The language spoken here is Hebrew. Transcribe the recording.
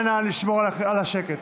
נא לשמור על השקט.